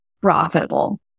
profitable